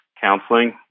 counseling